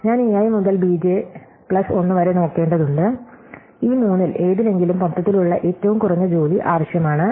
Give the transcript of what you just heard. ഞാൻ a i മുതൽ b j plus 1 വരെ നോക്കേണ്ടതുണ്ട് ഈ മൂന്നിൽ ഏതിലെങ്കിലും മൊത്തത്തിലുള്ള ഏറ്റവും കുറഞ്ഞ ജോലി ആവശ്യമാണ് i 1